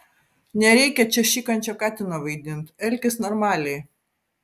nereikia čia šikančio katino vaidint elkis normaliai